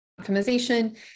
optimization